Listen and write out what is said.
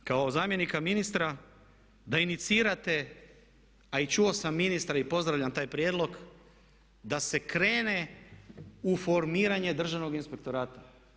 A vas molim kao zamjenika ministra da inicirate, a i čuo sam ministra i pozdravljam taj prijedlog da se krene u formiranje Državnog inspektorata.